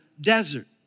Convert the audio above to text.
desert